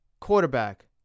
quarterback